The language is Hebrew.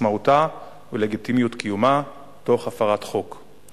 עצמאותה ולגיטימיות קיומה תוך הפרת חוק.